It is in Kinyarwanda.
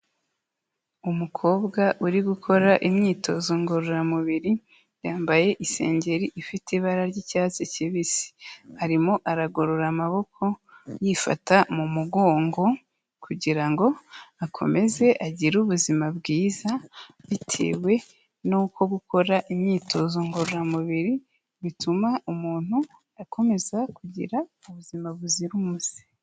Umukobwa uri gukora imyitozo ngororamubiri yambaye isengeri ifite ibara ry'icyatsi kibisi, arimo aragorora amaboko yifata mu mugongo kugira ngo akomeze agire ubuzima bwiza bitewe n'uko gukora imyitozo ngororamubiri bituma umuntu akomeza kugira ubuzima buzira umuze.